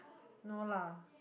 no lah